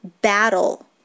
battle